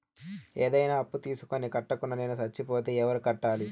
ఏదైనా అప్పు తీసుకొని కట్టకుండా నేను సచ్చిపోతే ఎవరు కట్టాలి?